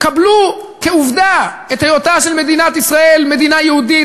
קבלו כעובדה את היותה של מדינת ישראל מדינה יהודית,